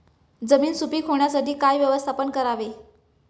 जमीन सुपीक होण्यासाठी काय व्यवस्थापन करावे?